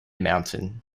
mountain